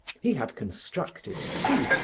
he had constructed, too,